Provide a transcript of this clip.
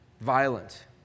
violent